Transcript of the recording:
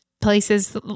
Places